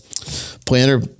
planner